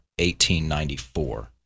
1894